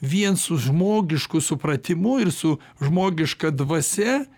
vien su žmogišku supratimu ir su žmogiška dvasia